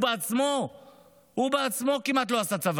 הוא בעצמו כמעט לא עשה צבא.